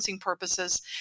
purposes